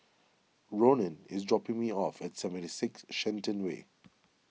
Ronan is dropping me off at seventy six Shenton Way